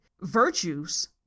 virtues